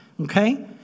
Okay